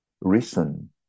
reason